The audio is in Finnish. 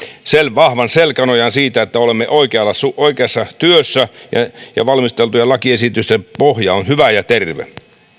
vahvan selkänojan siitä että olemme oikeassa työssä ja ja valmisteltujen lakiesitysten pohja on hyvä ja terve